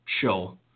show